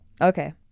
Okay